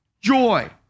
joy